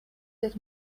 that